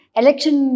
election